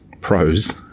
pros